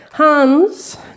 Hans